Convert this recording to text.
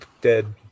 dead